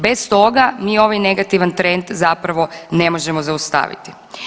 Bez toga mi ovaj negativan trend zapravo ne možemo zaustaviti.